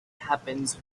happens